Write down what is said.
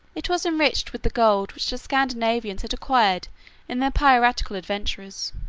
it was enriched with the gold which the scandinavians had acquired in their piratical adventures,